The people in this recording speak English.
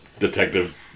detective